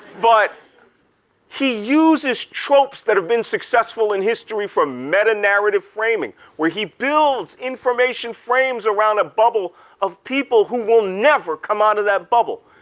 but he uses tropes that have been successful in history for meta narrative framing where he builds builds information frames around a bubble of people who will never come out of that bubble.